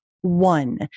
one